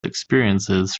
experiences